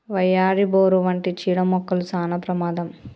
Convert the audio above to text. వయ్యారి, బోరు వంటి చీడ మొక్కలు సానా ప్రమాదం